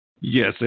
Yes